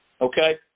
okay